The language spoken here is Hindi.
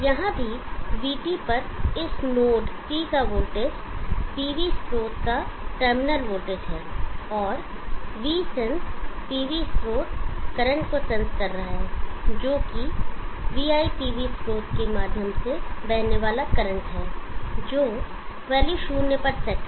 यहाँ भी vT पर इस नोड T का वोल्टेज पीवी स्रोत का टर्मिनल वोल्टेज है और V सेंस पीवी स्रोत करंट को सेंस कर रहा है जो कि वीआईपीवी स्रोत के माध्यम से बहने वाला करंट है जो वैल्यू शून्य पर सेट है